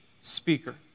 speaker